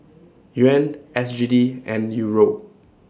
Yuan S G D and Euro